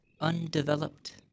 Undeveloped